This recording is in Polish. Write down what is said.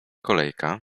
kolejka